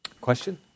Question